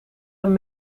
een